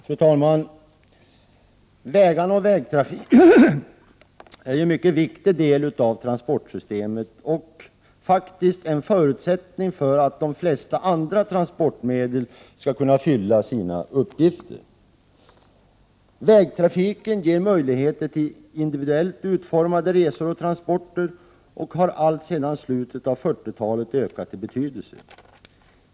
Fru talman! Vägarna och vägtrafiken är en mycket viktig del av transportsystemet och faktiskt en förutsättning för att de flesta andra transportmedel skall kunna fullgöra sina uppgifter. Vägtrafiken ger möjligheter till individuellt utformade resor och transporter, och den har alltsedan slutet av 40-talet ökat i betydelse.